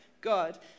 God